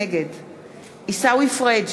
נגד עיסאווי פריג'